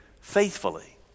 faithfully